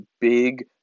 big